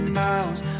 miles